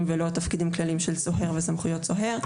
ולא תפקידים כלליים של סוהר וסמכויות סוהר,